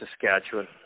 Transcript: Saskatchewan